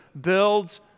build